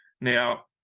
Now